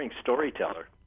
storyteller